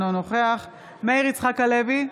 אינו נוכח מאיר יצחק הלוי,